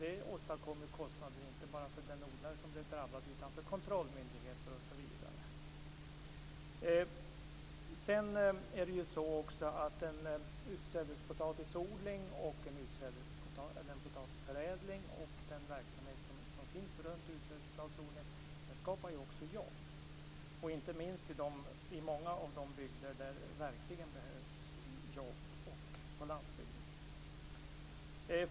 Det åstadkom kostnader inte bara för den drabbade odlaren utan också för kontrollmyndigheter osv. Utsädespotatisodling, potatisförädling och den verksamhet som finns runt omkring skapar ju också jobb - inte minst i många av de bygder där det verkligen behövs jobb, på landsbygden.